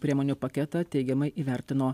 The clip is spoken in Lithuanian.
priemonių paketą teigiamai įvertino